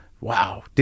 Wow